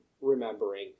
remembering